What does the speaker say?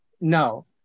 No